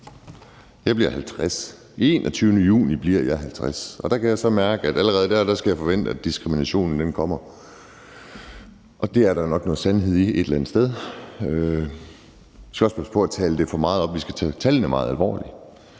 med alderen. Den 21. juni bliver jeg 50 år. Der kan jeg så mærke, at allerede der skal jeg forvente, at diskriminationen kommer. Det er der nok noget sandhed i et eller andet sted. Vi skal også passe på med at tale det for meget op. Vi skal tage tallene meget alvorligt,